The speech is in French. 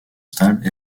stable